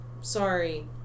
sorry